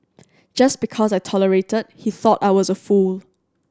just because I tolerated he thought I was a fool